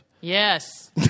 yes